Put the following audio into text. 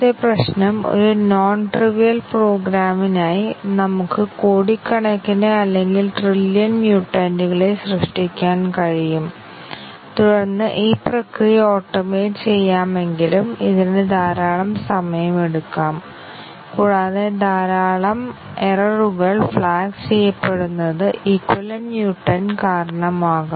ഒരു സെറ്റിനെ DEF S എന്ന് വിളിക്കുന്നു സ്റ്റേറ്റ്മെന്റ് നമ്പർ S ആണെങ്കിൽ ഞങ്ങൾ X ന്റെ എല്ലാ വേരിയബിളുകളുടെയും സെറ്റിനെ DEF S എന്ന് നിർവചിക്കുന്നു അത് വേരിയബിൾ X ന്റെ സെറ്റ് ആണ് X ഇൽ X ന്റ്റെ ഡെഫിനീഷനും സാധാരണയായി ഒരു വേരിയബിൾ ഡിഫയിൻ ചെയ്യുന്ന ഒരു സ്റ്റേറ്റ്മെന്റ്റും ഉണ്ടാവും